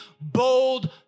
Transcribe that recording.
bold